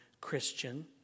Christian